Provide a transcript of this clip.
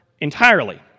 entirely